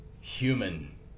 human